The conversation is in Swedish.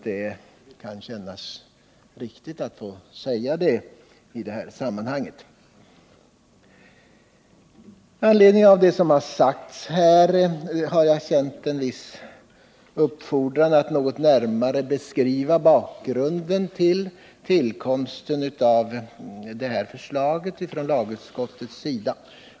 Det känns riktigt att få säga det i sammanhanget. Med anledning av det som sagts här har jag känt mig uppfordrad att något närmare beskriva bakgrunden till tillkomsten av det föreliggande förslaget.